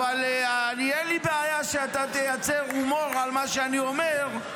אין לי בעיה שאתה תייצר הומור על מה שאני אומר,